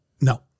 no